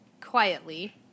quietly